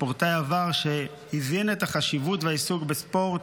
ספורטאי עבר שהבין את החשיבות והעיסוק בספורט,